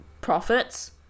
profits